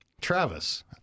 Travis